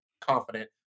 confident